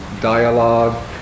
dialogue